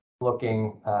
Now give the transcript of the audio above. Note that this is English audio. Looking